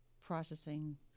processing